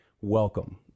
Welcome